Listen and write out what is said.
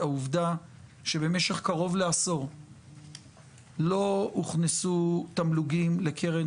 העובדה שבמשך קרוב לעשור לא הוכנסו תמלוגים לקרן